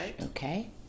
Okay